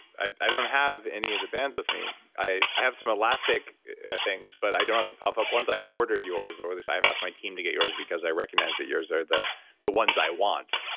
i i don't have any of the bands with me i have some elastic things, but i don't have the puff up ones. i've ordered yours or i've asked my team to get yours because i recognize that yours are the the ones i want.